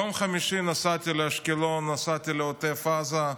ביום חמישי נסעתי לאשקלון, נסעתי לעוטף עזה,